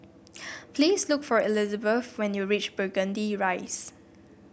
please look for Elisabeth when you reach Burgundy Rise